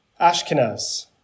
Ashkenaz